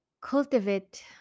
cultivate